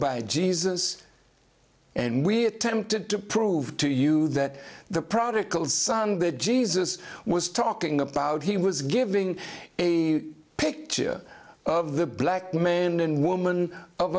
by jesus and we attempted to prove to you that the product of sun that jesus was talking about he was giving a picture of the black man and woman of